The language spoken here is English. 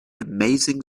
amazing